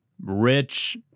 rich